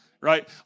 right